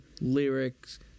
lyrics